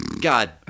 God